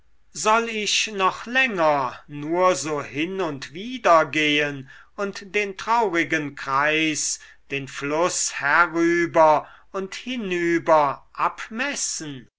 soll ich noch länger nur so hin und wider gehen und den traurigen kreis den fluß herüber und hinüber abmessen